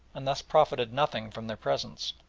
and thus profited nothing from their presence.